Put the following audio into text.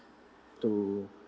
to